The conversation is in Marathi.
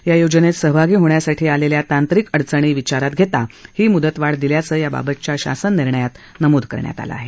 या योजनेत सहभागी होण्यासाठी आलेल्या तांत्रिक अडचणी विचारात घेता ही म्दत वाढ दिल्याचं या बाबातच्या शासन निर्णयात नमूद केलं आहे